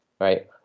right